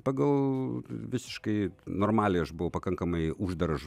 pagal visiškai normaliai aš buvau pakankamai uždara